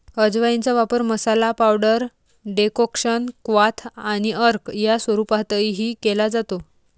अजवाइनचा वापर मसाला, पावडर, डेकोक्शन, क्वाथ आणि अर्क या स्वरूपातही केला जातो